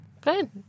Good